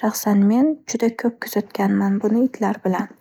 Shaxsan men, buni juda ko'p kuzatganman itlar bilan.